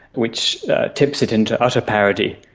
which keeps it into utter parody.